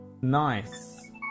Nice